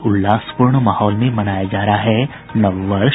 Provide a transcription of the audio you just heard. और उल्लासपूर्ण माहौल में मनाया जा रहा है नव वर्ष